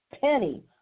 penny